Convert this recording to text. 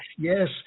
Yes